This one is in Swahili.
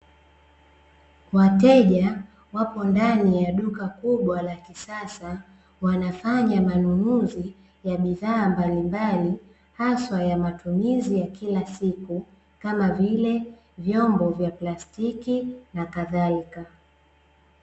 Wateja wapo ndani ya duka kubwa la kisasa, wanafanya manunuzi ya bidhaa mbalimbali haswa ya matumizi ya kila siku, kama vile vyombo vya plastiki na kadhalika.